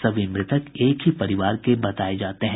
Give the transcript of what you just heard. सभी मृतक एक ही परिवार के बताये जाते हैं